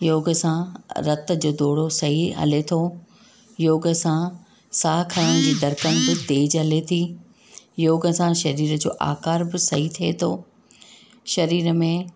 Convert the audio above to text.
योग सां रत जो दोड़ो सही हले थो योग सां साह खणण जी धड़्कन बि तेज़ हले थी योग सां शरीर जो आकार ब सही थिए थो शरीर में